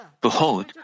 Behold